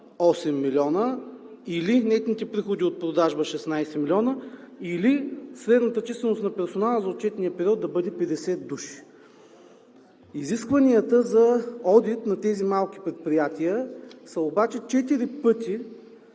8 млн. или нетните приходи от продажба 16 млн., или средната численост на персонала за отчетния период да бъде 50 души. Изискванията за одит на тези малки предприятия обаче са